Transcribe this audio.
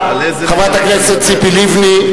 חברת הכנסת ציפי לבני,